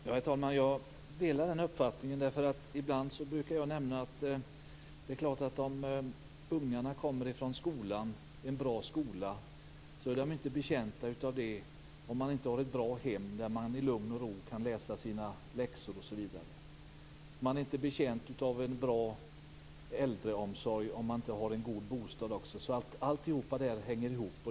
Herr talman! Jag delar den uppfattningen. Jag brukar nämna att även om ungar går i en bra skola är de inte betjänta av det om de inte har ett bra hem där de i lugn och ro kan läsa sina läxor. Man är inte betjänt av en bra äldreomsorg om man inte har en god bostad. Alltihop hänger ihop.